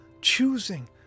choosing